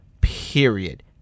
period